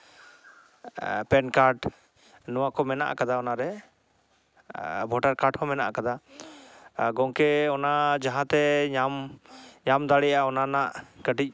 PAN card ᱱᱚᱣᱟ ᱠᱚ ᱢᱮᱱᱟᱜ ᱟᱠᱟᱫᱟ ᱚᱱᱟ ᱨᱮ ᱟᱨ ᱵᱷᱳᱴᱟᱨ ᱠᱟᱨᱰ ᱠᱚ ᱢᱮᱱᱟᱜ ᱟᱠᱟᱫᱟ ᱜᱚᱝᱠᱮ ᱚᱱᱟ ᱡᱟᱦᱟᱸᱛᱮ ᱧᱟᱢ ᱫᱟᱲᱮᱭᱟᱜᱼᱟ ᱚᱱᱟ ᱨᱮᱱᱟᱜ ᱠᱟᱹᱴᱤᱡ